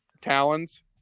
talons